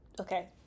okay